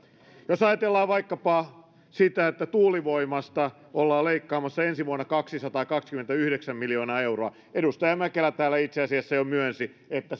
jos ajatellaan vaikkapa sitä että tuulivoimasta ollaan leikkaamassa ensi vuonna kaksisataakaksikymmentäyhdeksän miljoonaa euroa edustaja mäkelä täällä itse asiassa jo myönsi että